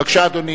בבקשה, אדוני.